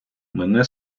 мене